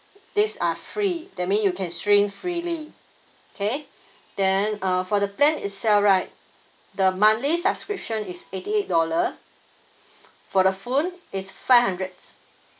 these are free that mean you can stream freely okay then uh for the plan itself right the monthly subscription is eighty eight dollar for the phone is five hundred